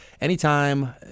Anytime